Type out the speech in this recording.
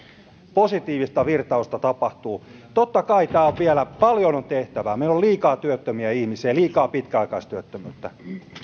positiivista virtausta tapahtuu totta kai täällä on vielä paljon tehtävää meillä on liikaa työttömiä ihmisiä ja liikaa pitkäaikaistyöttömyyttä